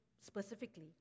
specifically